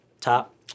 Top